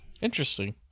interesting